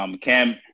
Cam –